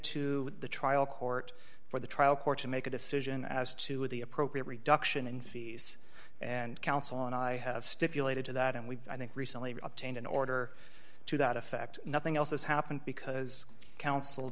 to the trial court for the trial court to make a decision as to the appropriate reduction in fees and counsel and i have stipulated to that and we i think recently obtained an order to that effect nothing else has happened because counsel